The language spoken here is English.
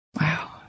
Wow